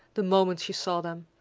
the moment she saw them.